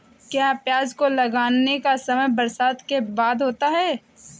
क्या प्याज को लगाने का समय बरसात के बाद होता है?